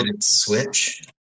switch